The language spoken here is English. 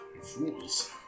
Fools